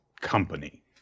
company